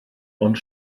ond